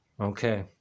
Okay